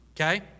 Okay